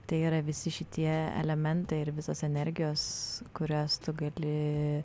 tai yra visi šitie elementai ir visos energijos kurias tu gali